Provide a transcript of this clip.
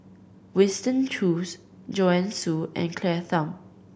Winston Choos Joanne Soo and Claire Tham